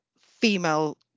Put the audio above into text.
female